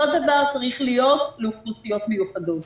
אותו דבר צריך להיות לאוכלוסיות מיוחדות